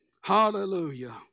Hallelujah